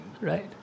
right